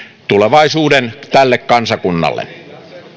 tulevaisuuden tälle kansakunnalle